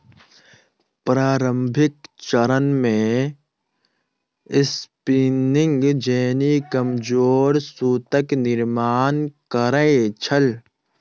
प्रारंभिक चरण मे स्पिनिंग जेनी कमजोर सूतक निर्माण करै छल